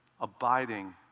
Abiding